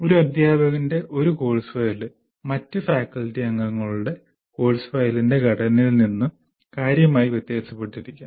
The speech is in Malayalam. ഒരു അദ്ധ്യാപകന്റെ ഒരു കോഴ്സ് ഫയൽ മറ്റ് ഫാക്കൽറ്റി അംഗങ്ങളുടെ കോഴ്സ് ഫയലിന്റെ ഘടനയിൽ നിന്ന് കാര്യമായി വ്യത്യാസപ്പെട്ടിരിക്കാം